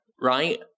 right